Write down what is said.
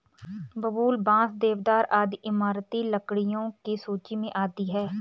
बबूल, बांस, देवदार आदि इमारती लकड़ियों की सूची मे आती है